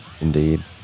indeed